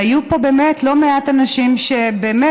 והיו פה באמת לא מעט אנשים שבאמת,